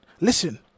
Listen